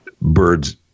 birds